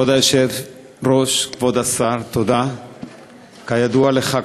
כבוד היושב-ראש, כבוד השר, כידוע לך,